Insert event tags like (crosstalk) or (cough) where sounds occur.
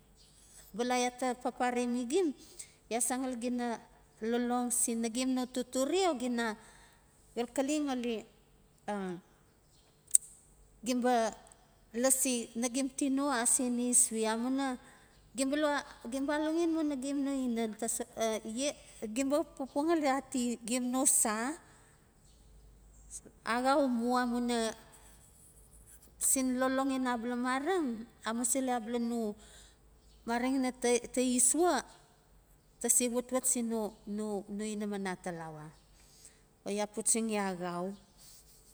Bala ya ta papare mi gim ya san ngali gi na lolong sin nagem no totore gi na xalxale ngali gim ba lasi nagim tino asen es we amuina gim ba lo gim ba alenxen mu nagem no inan (hesitation) gim ba xap pupua ngali ati gem no sa. Aaxau mu amuina sin lolong ina abala mareng amusili abala no mareng ina tai sua ta se watwat sin no no inaman atalawa, o ya puchaxi axau.